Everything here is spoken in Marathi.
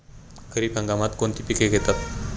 खरीप हंगामात कोणती पिके घेतात?